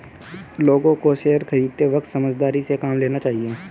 लोगों को शेयर खरीदते वक्त समझदारी से काम लेना चाहिए